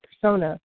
persona